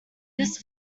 this